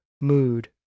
mood